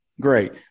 great